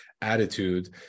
attitude